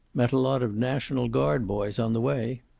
met a lot of national guard boys on the way.